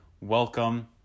welcome